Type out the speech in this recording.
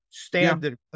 standard